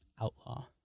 Outlaw